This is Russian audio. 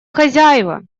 хозяева